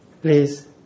please